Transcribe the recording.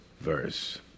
verse